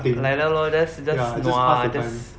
like that lor just just nua just